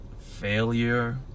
failure